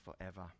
forever